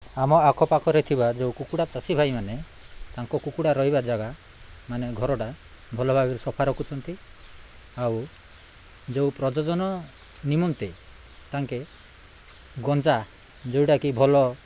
ଆମ ଆଖପାଖରେ ଥିବା ଯେଉଁ କୁକୁଡ଼ା ଚାଷୀ ଭାଇମାନେ ତାଙ୍କ କୁକୁଡ଼ା ରହିବା ଜାଗା ମାନେ ଘରଟା ଭଲ ଭାବରେ ସଫା ରଖୁଛନ୍ତି ଆଉ ଯେଉଁ ପ୍ରଜନନ ନିମନ୍ତେ ତାଙ୍କେ ଗଞ୍ଜା ଯେଉଁଟାକି ଭଲ